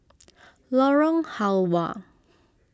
Lorong Halwa